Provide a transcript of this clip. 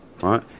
right